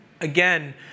Again